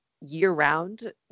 year-round